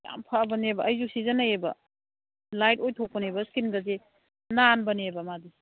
ꯌꯥꯝ ꯐꯕꯅꯦꯕ ꯑꯩꯁꯨ ꯁꯤꯖꯤꯟꯅꯩꯕ ꯂꯥꯏꯠ ꯑꯣꯏꯊꯣꯛꯄꯅꯦꯕ ꯏꯁꯀꯤꯟꯒꯁꯦ ꯅꯥꯟꯕꯅꯦꯕ ꯃꯥꯗꯤ